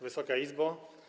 Wysoka Izbo!